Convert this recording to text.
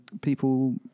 people